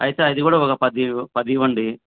అయితే అది కూడా ఒక పది పది ఇవ్వండి